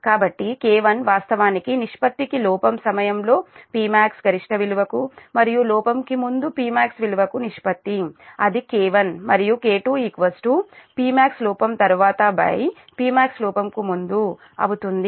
కాబట్టి K1 వాస్తవానికి నిష్పత్తికి లోపం సమయంలో Pmax గరిష్ట విలువ కు మరియు లోపం కు ముందు Pmax విలువ కు నిష్పత్తి అది K1 మరియు K2 Pmax లోపం తర్వాతPmax లోపం కు ముందుఅవుతుంది